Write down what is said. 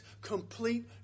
complete